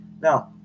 Now